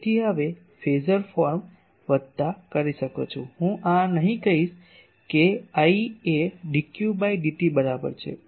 તેથી હવે phasor form વત્તા કરી શકું છું હું આ નહીં કહીશ કે I એ dq બાય dt બરાબર છે